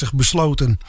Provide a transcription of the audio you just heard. besloten